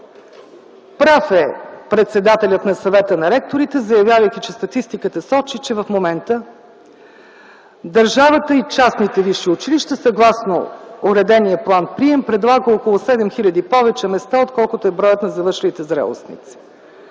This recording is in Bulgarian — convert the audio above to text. Прав е председателят на Съвета на ректорите, заявявайки, че статистиката сочи, че в момента държавата и частните висши училища съгласно уредения план-прием предлагат около 7 хил. повече места, отколкото е броят на завършилите зрелостници